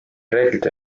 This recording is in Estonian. reeglite